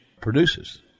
produces